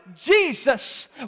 Jesus